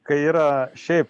kai yra šiaip